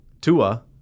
Tua